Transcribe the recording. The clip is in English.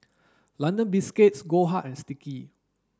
London Biscuits Goldheart and Sticky